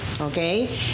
okay